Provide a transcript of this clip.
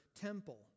temple